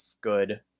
good